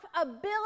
ability